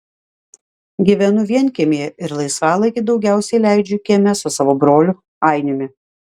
gyvenu vienkiemyje ir laisvalaikį daugiausiai leidžiu kieme su savo broliu ainiumi